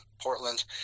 Portland